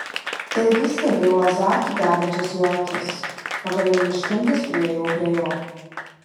ilgai stebėjau azartu degančias jo akis pagaliau neiškentęs priėjau prie jo